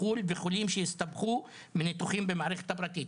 בחו"ל וחולים שהסתבכו מניתוחים שעברו במערכת הפרטית.